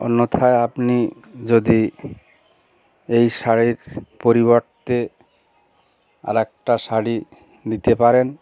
অন্যথায় আপনি যদি এই শাড়ির পরিবর্তে আর একটা শাড়ি নিতে পারেন